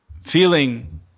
feeling